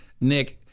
Nick